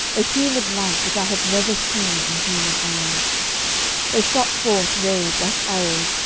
a humid light which i have never seen in human eyes they shot forth rays like arrows,